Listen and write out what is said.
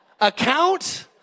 Account